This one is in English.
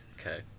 Okay